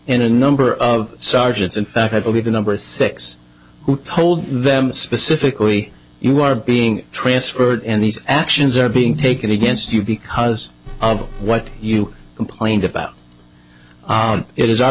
in a number of sergeants in fact i believe a number six who told them specifically you are being transferred and his actions are being taken against you because of what you complained about it is our